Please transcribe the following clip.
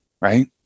right